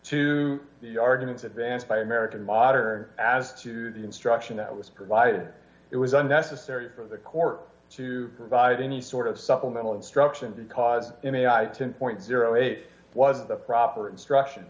to the arguments advanced by american modern as to the instruction that was provided it was unnecessary for the court to provide any sort of supplemental instruction that caused him to point eight was the proper instruction